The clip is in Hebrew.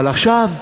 אבל עכשיו,